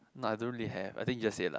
no I don't really have I think just say lah